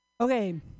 Okay